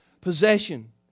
possession